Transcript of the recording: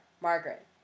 Margaret